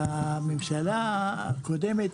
הממשלה הקודמת